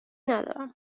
ندارم